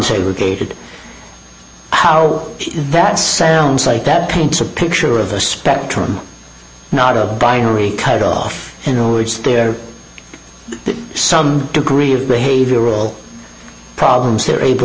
segregated how that sounds like that paints a picture of a spectrum not a binary cut off you know it's there some degree of behavioral problems they're able